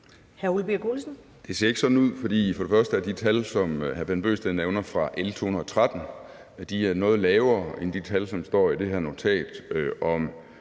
Det ser ikke sådan ud, for det første er de tal, som hr. Bent Bøgsted nævner fra L 213, noget lavere end de tal, som står i det